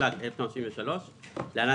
התשל"ג-1973 (להלן,